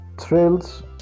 thrills